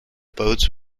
boats